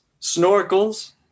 snorkels